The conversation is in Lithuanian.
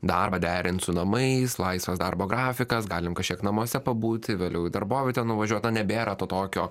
darbą derint su namais laisvas darbo grafikas galim kažkiek namuose pabūti vėliau į darbovietę nuvažiuot na nebėra to tokio